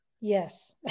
Yes